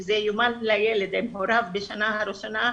שזה יומן לילד עם הוריו בשנה הראשון,